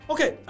Okay